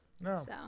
No